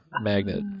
magnet